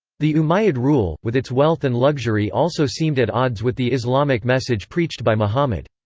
the umayyad rule, with its wealth and luxury also seemed at odds with the islamic message preached by muhammad.